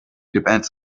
depends